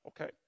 okay